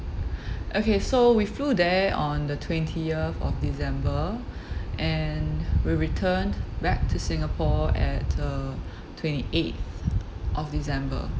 okay so we flew there on the twentieth of december and we returned back to singapore at the twenty eighth of december